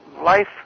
life